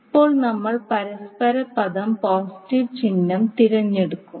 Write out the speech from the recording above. ഇപ്പോൾ നമ്മൾ പരസ്പര പദം പോസിറ്റീവ് ചിഹ്നം തിരഞ്ഞെടുക്കും